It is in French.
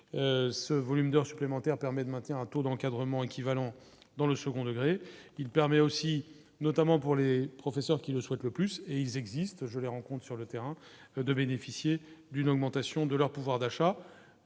ce volume d'heures supplémentaires permet de maintenir un taux d'encadrement équivalent dans le second degré, il permet aussi, notamment pour les professeurs qui le souhaitent le plus et ils existent, je les rencontre sur le terrain de bénéficier d'une augmentation de leur pouvoir d'achat